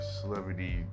celebrity